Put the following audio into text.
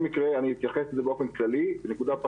מצליחות למצות את זכויותיהן או פחות נגישות,